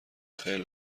خیلی